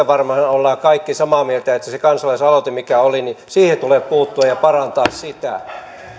varmaan olemme kaikki samaa mieltä se se kansalaisaloite mikä oli että siihen tulee puuttua ja parantaa sitä